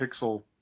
pixel